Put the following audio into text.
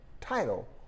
title